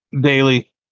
daily